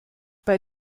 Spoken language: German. bei